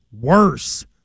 worse